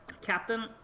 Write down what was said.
captain